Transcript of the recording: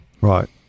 Right